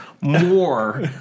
more